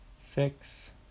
six